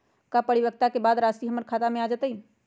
का परिपक्वता के बाद राशि हमर खाता में आ जतई?